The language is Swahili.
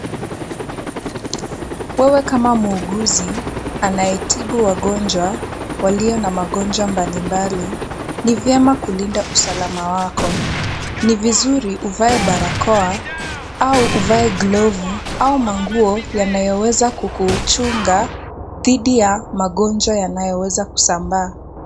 Wewe kama muuguzi, anayetibu wagonjwa, walio na magonjwa mbalimbali, ni vyema kulinda usalama wako. Ni vizuri uvae barakoa, au uvae glovu, au manguo yanayoweza kukuchunga dhidi ya magonjwa yanayoweza kusambaa.